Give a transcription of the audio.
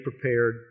prepared